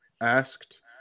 asked